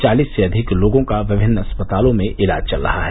चालीस से अधिक लोगों का विमिन्न अस्पतालों में इलाज चल रहा है